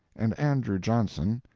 and andrew johnson,